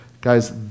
Guys